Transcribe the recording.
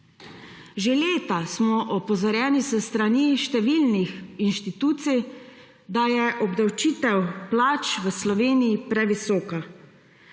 Že leta smo opozorjeni s strani številnih inštitucij, da je obdavčitev plač v Sloveniji previsoka.